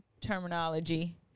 terminology